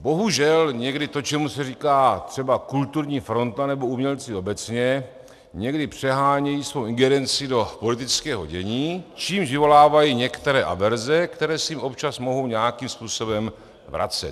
Bohužel někdy to, čemu se říká třeba kulturní fronta, nebo umělci obecně někdy přehánějí svou ingerenci do politického dění, čímž vyvolávají některé averze, které se jim občas mohou nějakým způsobem vracet.